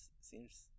Seems